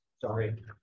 sorry